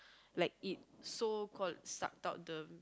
like it so called suck out